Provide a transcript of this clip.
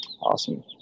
Awesome